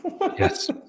Yes